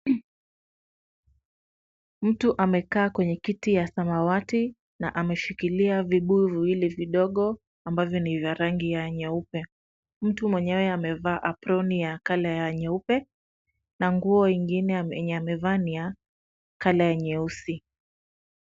Mtu amekaa kwenye kiti ya samawati na ameshikilia vibuyu viwili vidogo ambavyo ni vya rangi ya nyeupe. Mtu mwenyewe amevaa aproni ya color ya nyeupe na nguo ingine yamevaa ni ya color ya nyeusi.